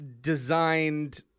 designed